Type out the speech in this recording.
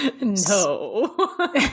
No